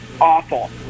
awful